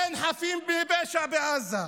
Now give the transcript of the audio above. אין חפים מפשע בעזה,